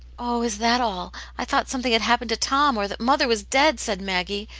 oh, is that all? i thought something had hap pened to tom, or that mother was dead, said maggie,